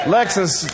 Lexus